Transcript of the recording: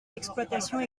d’exploitations